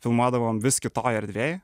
filmuodavom vis kitoj erdvėj